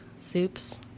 Soups